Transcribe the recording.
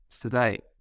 today